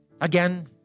Again